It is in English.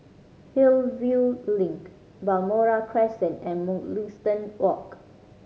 Hillview Link Balmoral Crescent and Mugliston Walk